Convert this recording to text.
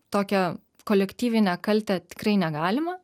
tokią kolektyvinę kaltę tikrai negalima